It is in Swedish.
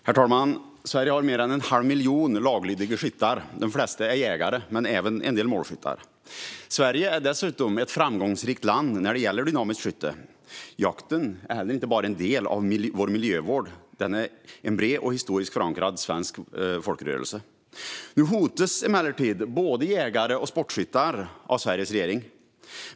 Herr talman! Sverige har mer än en halv miljon laglydiga skyttar. De flesta är jägare, och en del är målskyttar. Sverige är dessutom ett framgångsrikt land i dynamiskt skytte. Jakten är inte bara en del av vår miljövård, utan den är också en bred och historiskt förankrad svensk folkrörelse. Nu hotas emellertid både jägare och sportskyttar av Sveriges regering.